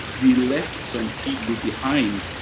we left some people behind.